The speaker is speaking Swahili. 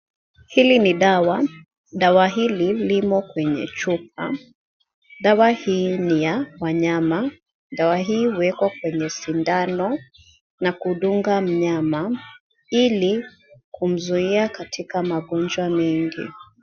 Hili ni dawa, dawa hili limo kwenye chupa. Dawa hii ni ya wanyama. Dawa hii huwekwa kwenye sindano na kudunga mnyama ili kumzuia katika magonjwa mengi.